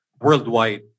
worldwide